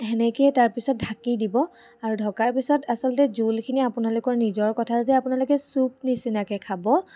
তেনেকৈ তাৰপিছত ঢাকি দিব আৰু ঢকাৰ পিছত আচলতে জোলখিনি আপোনালোকৰ নিজৰ কথা যে আপোনালোকে চুপ নিচিনাকৈ খাব